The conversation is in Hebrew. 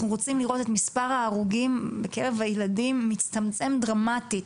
אנחנו רוצים לראות את מספר ההרוגים בקרב הילדים מצטמצם דרמטית,